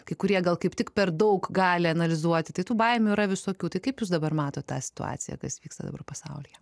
kai kurie gal kaip tik per daug gali analizuoti tai tų baimių yra visokių tai kaip jūs dabar matot tą situaciją kas vyksta dabar pasaulyje